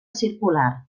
circular